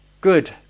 good